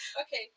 Okay